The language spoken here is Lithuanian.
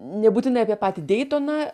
nebūtinai apie patį deitoną